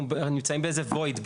אנחנו נמצאים באיזה void,